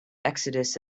exodus